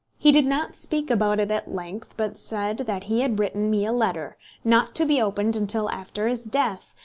he did not speak about it at length, but said that he had written me a letter, not to be opened until after his death,